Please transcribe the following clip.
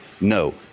no